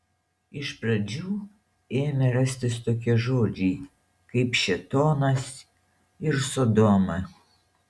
iš pradžių ėmė rastis tokie žodžiai kaip šėtonas ir sodoma